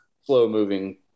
slow-moving